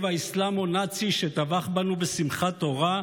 האסלאמו-נאצי שטבח בנו בשמחת תורה?